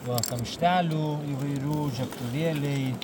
va kamštelių įvairių žiebtuvėliai